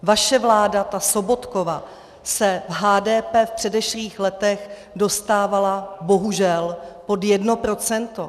Vaše vláda, ta Sobotkova, se v HDP v předešlých letech dostávala bohužel pod 1 %.